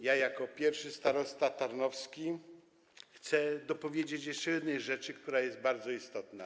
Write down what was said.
Ja, jako pierwszy starosta tarnowski, chcę powiedzieć jeszcze o jednej rzeczy, która jest bardzo istotna.